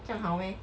将好 meh